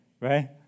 Right